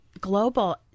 global